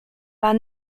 war